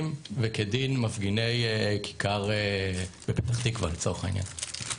וכדין מפגיני הכיכר בפתח תקוה לצורך העניין.